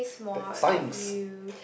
tech science